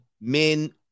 men